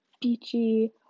beachy